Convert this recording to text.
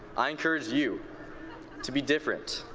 i encourage you to be different.